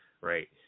Right